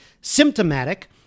symptomatic